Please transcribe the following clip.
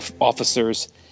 officers